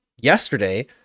yesterday